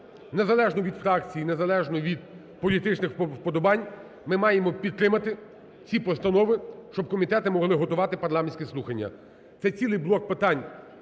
незалежно від фракцій, незалежно від політичних вподобань, ми маємо підтримати ці постанови, щоб комітети могли готувати парламентські слухання. Це цілий блок питань,